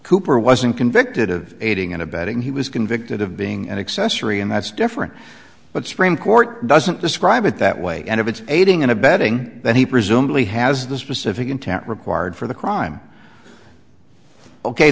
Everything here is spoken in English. cooper wasn't convicted of aiding and abetting he was convicted of being an accessory and that's different but supreme court doesn't describe it that way and it's aiding and abetting that he presumably has the specific intent required for the crime ok